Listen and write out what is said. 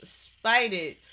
spited